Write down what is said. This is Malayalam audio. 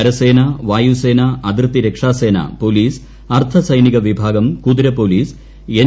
കരസേന വായൂസ്പേന ്അതിർത്തി രക്ഷാസേന പോലീസ് അർദ്ധ സൈനിക വിഭാഗം കൂതിർപോലീസ് എൻ